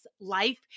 life